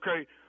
Okay